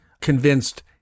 convinced